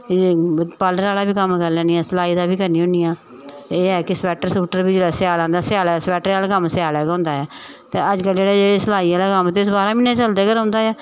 एह् पार्लर आह्ला बी कम्म करनी आं सलाई दा बी करनी होन्नी आं एह् ऐ कि स्वैट्टर स्बुट्टर बी जिसलै स्याल आंदा स्याल स्बैट्टरें आह्ला कम्म स्यालें गै होंदा ऐ